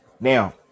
Now